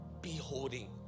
Beholding